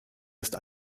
ist